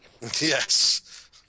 yes